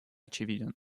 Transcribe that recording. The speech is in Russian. очевиден